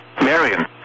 Marion